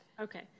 Okay